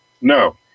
No